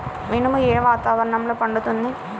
మినుము ఏ వాతావరణంలో పండుతుంది?